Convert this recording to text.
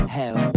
hell